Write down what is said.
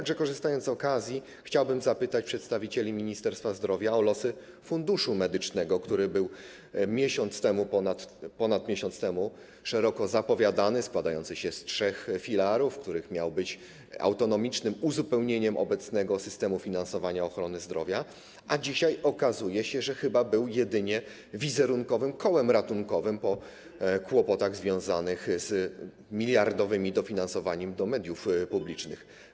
Korzystając z okazji, chciałbym też zapytać przedstawicieli Ministerstwa Zdrowia o losy funduszu medycznego, który był ponad miesiąc temu szeroko zapowiadany, składającego się z trzech filarów, który miał być autonomicznym uzupełnieniem obecnego systemu finansowania ochrony zdrowia, a dzisiaj okazuje się, że był chyba jedynie wizerunkowym kołem ratunkowym po kłopotach związanych z miliardowym dofinansowaniem mediów publicznych.